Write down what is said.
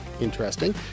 interesting